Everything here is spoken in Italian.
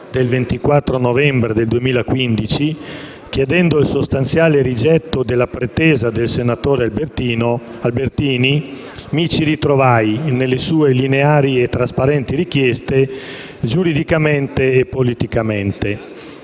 del 24 novembre del 2015 chiedendo il sostanziale rigetto della pretesa del senatore Albertini, mi ritrovai nelle sue lineari e trasparenti richieste giuridicamente e politicamente,